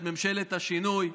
את ממשלת השינוי,